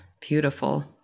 beautiful